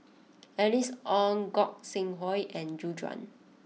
Alice Ong Gog Sing Hooi and Gu Juan